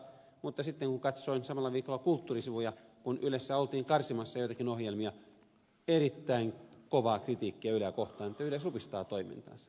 mutta sitten kun katsoin samalla viikolla kulttuurisivuja kun ylessä oltiin karsimassa joitakin ohjelmia niin siellä oli erittäin kovaa kritiikkiä yleä kohtaan että yle supistaa toimintaansa